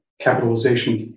capitalization